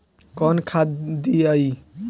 कौन खाद दियई?